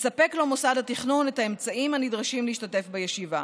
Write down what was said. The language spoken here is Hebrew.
יספק לו מוסד התכנון את האמצעים הנדרשים להשתתף בישיבה.